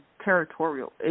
Territorial